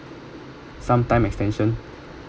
some time extension